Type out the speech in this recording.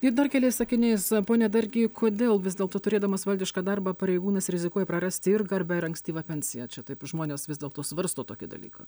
ir dar keliais sakiniais pone dargy kodėl vis dėlto turėdamas valdišką darbą pareigūnas rizikuoja prarasti ir garbę ir ankstyvą pensiją čia taip žmonės vis dėl to svarsto tokį dalyką